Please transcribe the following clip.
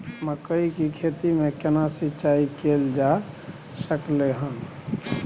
मकई की खेती में केना सिंचाई कैल जा सकलय हन?